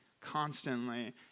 constantly